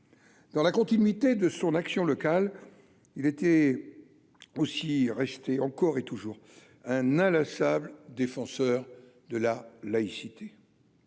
Dans la continuité de son action locale, il était aussi rester encore et toujours un inlassable défenseur de la laïcité